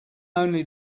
only